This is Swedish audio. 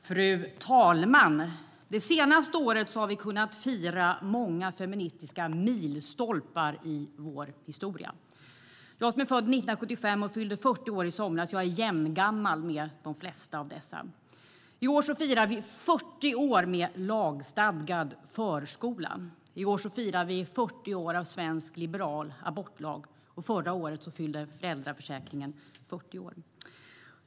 Fru talman! Det senaste året har vi kunnat fira många feministiska milstolpar i vår historia. Jag föddes 1975, fyllde 40 år i somras och är jämngammal med flertalet av dessa. I år firar vi 40 år med lagstadgad förskola. I år firar vi 40 år av svensk liberal abortlag. Förra året fyllde föräldraförsäkringen 40 år.